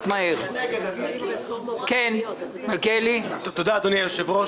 תודה, אדוני היושב-ראש.